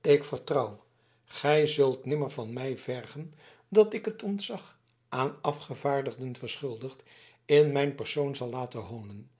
ik vertrouw gij zult nimmer van mij vergen dat ik het ontzag aan afgevaardigden verschuldigd in mijn persoon zal laten hoonen